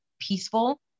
peaceful